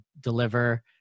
deliver